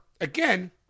Again